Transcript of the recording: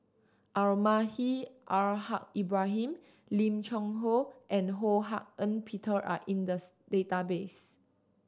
Almahdi Al Haj Ibrahim Lim Cheng Hoe and Ho Hak Ean Peter are in the database